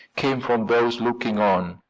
came from those looking on,